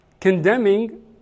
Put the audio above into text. condemning